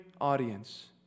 audience